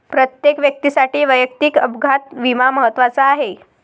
प्रत्येक व्यक्तीसाठी वैयक्तिक अपघात विमा महत्त्वाचा आहे